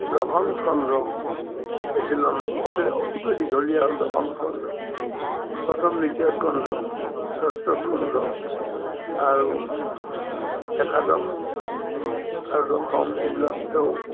দশমস্কন্ধ বেচি অতি অতিকৈ দীঘলীয়া হ'ল দশমস্কন্ধ প্ৰথম দ্বিতীয় স্কন্ধ শ্ৰেষ্ঠস্কন্ধ আৰু একাদশ আৰু দশম এইবিলাকেও